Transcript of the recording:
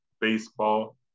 baseball